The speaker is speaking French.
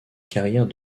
carrière